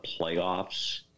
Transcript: playoffs